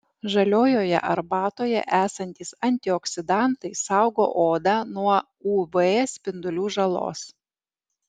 žaliojoje arbatoje esantys antioksidantai saugo odą nuo uv spindulių žalos